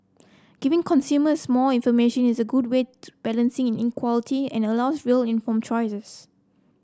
giving consumers more information is a good way to balancing in inequality and allows real informed choices